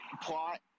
plot